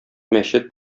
мәчет